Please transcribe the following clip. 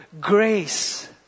grace